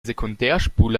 sekundärspule